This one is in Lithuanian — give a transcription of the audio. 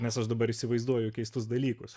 nes aš dabar įsivaizduoju keistus dalykus